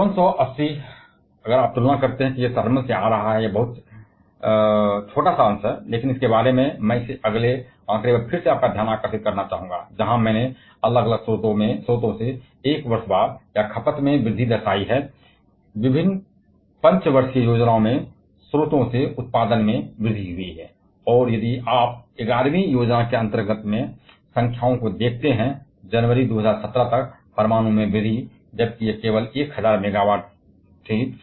यदि आप तुलना करते हैं कि 5780 सिर्फ थर्मल से आ रहा है तो यह बहुत छोटा अंश है लेकिन इसके बारे में मैं इस अगले आंकड़े पर फिर से आपका ध्यान आकर्षित करना चाहूंगा जहाँ मैंने अलग अलग स्रोतों से खपत को बढ़ाकर या अलग अलग 5 वर्षीय योजनाओं से स्रोतों से उत्पादन बढ़ाकर एक साल का अनुभव दिखाया है और अब यदि आप 11 वीं योजना के अंत में संख्याओं को देखते हैं और जनवरी 2017 तक परमाणु में वृद्धि जबकि यह केवल 1000 मेगावाट है